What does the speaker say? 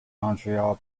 montreal